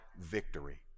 victory